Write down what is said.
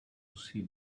musí